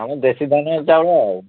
ଆମର ଦେଶୀ ଧାନର ଚାଉଳ ଆଉ